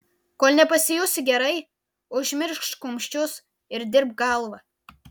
kol nepasijusi gerai užmiršk kumščius ir dirbk galva